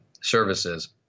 services